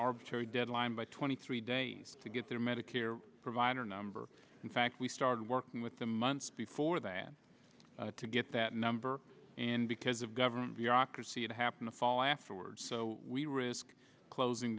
arbitrary deadline by twenty three days to get their medicare provider number in fact we started working with them months before that to get that number and because of government bureaucracy it happen to fall afterwards so we risk closing